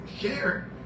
share